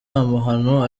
amahano